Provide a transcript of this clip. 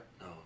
No